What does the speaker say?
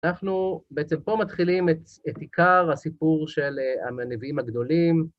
אנחנו בעצם פה מתחילים את עיקר הסיפור של הנביאים הגדולים.